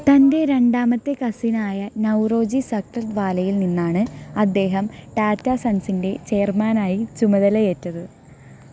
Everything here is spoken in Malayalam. തൻ്റെ രണ്ടാമത്തെ കസിൻ ആയ നൗറോജി സക്ലത്വാലയിൽ നിന്നാണ് അദ്ദേഹം ടാറ്റ സൺസിൻ്റെ ചെയർമാൻ ആയി ചുമതലയേറ്റത്